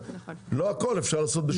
לא הכול אפשר לעשות בשנה אחת.